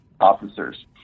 officers